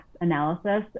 analysis